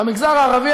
במגזר הערבי,